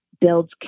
builds